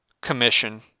commission